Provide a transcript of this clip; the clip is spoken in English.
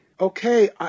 Okay